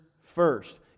first